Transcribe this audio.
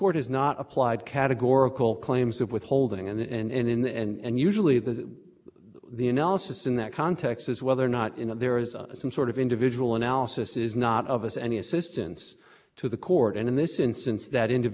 not applied categorical claims of withholding and in the end usually that the analysis in that context is whether or not you know there is a some sort of individual analysis is not of us any assistance to the court and in this instance that individual